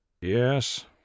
yes